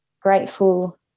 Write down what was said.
grateful